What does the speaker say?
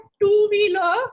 two-wheeler